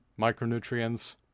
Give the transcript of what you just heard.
micronutrients